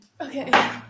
Okay